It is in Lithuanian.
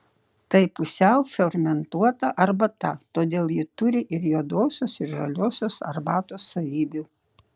tai pusiau fermentuota arbata todėl ji turi ir juodosios ir žaliosios arbatos savybių